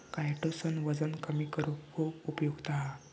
chitosan वजन कमी करुक खुप उपयुक्त हा